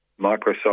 Microsoft